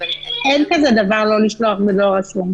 אין כזה דבר לא לשלוח בדואר רשום.